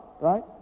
right